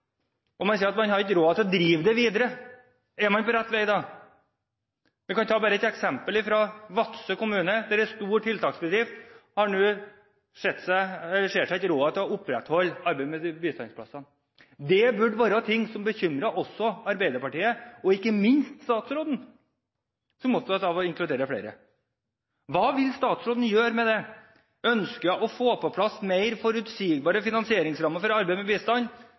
og man sier at man ikke har råd til å drive det videre? Er man på rett vei da? Man kan bare ta et eksempel fra Vadsø kommune, der en stor tiltaksbedrift nå ikke ser seg råd til å opprettholde arbeidet med bistandsplasser. Det burde være ting som også bekymret Arbeiderpartiet, og ikke minst statsråden, som er opptatt av å inkludere flere. Hva vil statsråden gjøre med det? Ønsker hun å få på plass mer forutsigbare finansieringsrammer for arbeid med bistand,